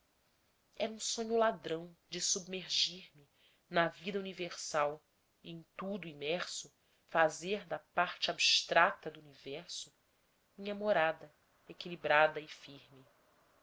era um sonho ladrão de submergir me na vida universal e em tudo imerso fazer da parte abstrada do universo minha morada equilibrada e firme